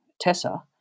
Tessa